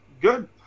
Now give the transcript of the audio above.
Good